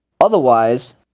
Otherwise